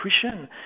Christian